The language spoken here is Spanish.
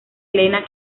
elena